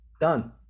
done